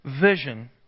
vision